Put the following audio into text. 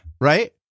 Right